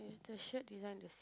is the shirt design the